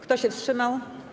Kto się wstrzymał?